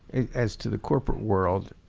as to the corporate world.